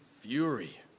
fury